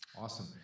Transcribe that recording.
awesome